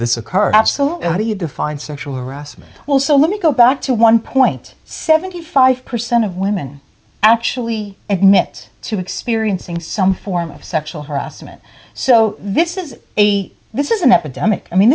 this occurs absolutely how do you define sexual harassment also let me go back to one point seventy five percent of women actually admit to experiencing some form of sexual harassment so this is a this is an epidemic i mean